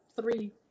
three